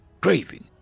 craving